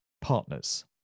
partners